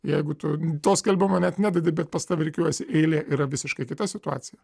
jeigu tu to skelbimo net nededi bet pas tave rikiuojasi eilė yra visiškai kita situacija